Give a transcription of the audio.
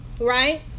right